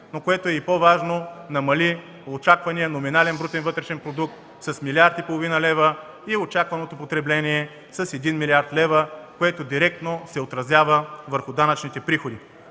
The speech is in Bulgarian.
По-важно е, че намали и очаквания номинален брутен вътрешен продукт с 1,5 млрд. лв. и очакваното потребление с 1 млрд. лв., което директно се отразява върху данъчните приходи.